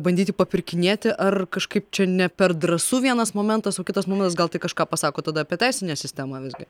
bandyti papirkinėti ar kažkaip čia ne per drąsu vienas momentas o kitas momentas gal tai kažką pasako tada apie teisinę sistemą visgi